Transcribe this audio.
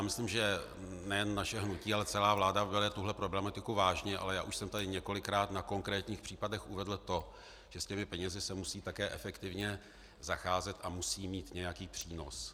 Myslím si, že nejen naše hnutí, ale celá vláda bere tuto problematiku vážně, ale já už jsem tady několikrát na konkrétních případech uvedl to, že s těmi penězi se musí také efektivně zacházet a musí mít nějaký přínos.